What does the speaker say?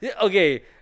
Okay